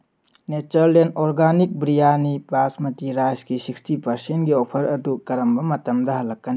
ꯅꯦꯆꯔꯂꯦꯟ ꯑꯣꯔꯒꯥꯅꯤꯛ ꯕ꯭ꯔꯤꯌꯥꯅꯤ ꯕꯥꯁꯃꯇꯤ ꯔꯥꯏꯁꯀꯤ ꯁꯤꯛꯁꯇꯤ ꯄꯔꯁꯦꯟꯒꯤ ꯑꯣꯐꯔ ꯑꯗꯨ ꯀꯔꯝꯕ ꯃꯇꯝꯗ ꯍꯜꯂꯛꯀꯅꯤ